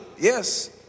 Yes